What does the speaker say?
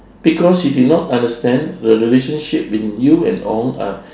because he did not understand the relationship between you and ong are